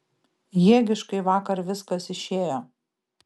jėgiškai vakar viskas išėjo